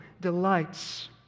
delights